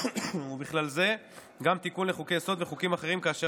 ובכלל זה גם תיקון לחוקי-יסוד וחוקים אחרים כאשר